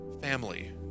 family